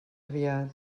aviat